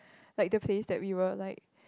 like the face that we were like